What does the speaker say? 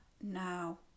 now